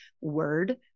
word